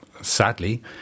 sadly